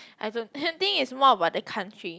I don't I think it's more about the country